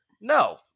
No